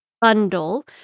bundle